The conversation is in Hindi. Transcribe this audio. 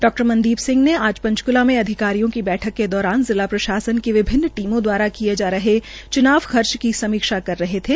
डा मनदीप आज पंचकूला में अधिकारियों की बैठक के दौरान जिला प्रशासन की विभिन्न टीमों द्वारा केय जा रहे चुनाव खर्च की समीक्षा कर रहे थे